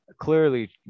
clearly